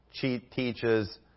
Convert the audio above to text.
teaches